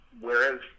Whereas